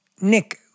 Nick